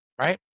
right